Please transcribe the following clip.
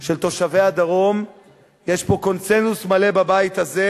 של תושבי הדרום יש פה קונסנזוס מלא בבית הזה,